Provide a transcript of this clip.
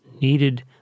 needed